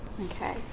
okay